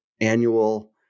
annual